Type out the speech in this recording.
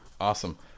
awesome